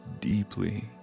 deeply